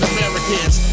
Americans